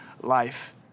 life